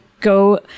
go